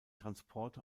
transporte